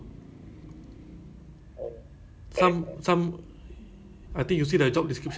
about five P_M to ten P_M ah or four P_M to ten like five hours ah or four hours